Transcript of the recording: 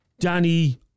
Danny